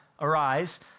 arise